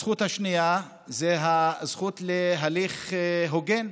הזכות השנייה היא הזכות להליך הוגן,